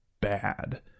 bad